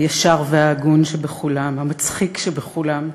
הישר וההגון שבכולם, המצחיק שבכולם,